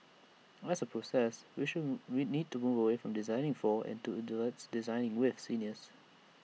as A process we should we need to move away from 'designing for' and towards 'designing with' seniors